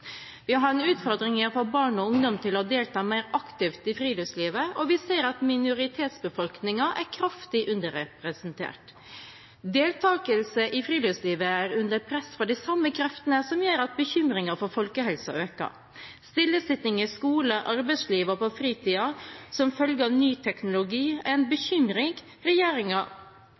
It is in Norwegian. Vi har en utfordring i å få barn og ungdom til å delta mer aktivt i friluftslivet, og vi ser at minoritetsbefolkningen er kraftig underrepresentert. Deltakelse i friluftslivet er under press fra de samme kreftene som gjør at bekymringen for folkehelsen øker; stillesitting i skole, arbeidsliv og på fritiden som følge av ny teknologi er en bekymring.